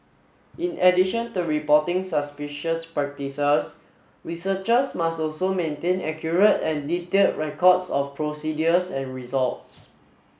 in addition to reporting suspicious practices researchers must also maintain accurate and detailed records of procedures and results